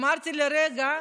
אמרתי לרגע,